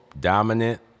dominant